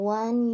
one